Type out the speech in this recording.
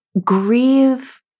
grieve